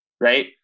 Right